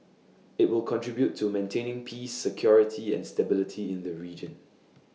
IT will contribute to maintaining peace security and stability in the region